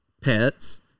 pets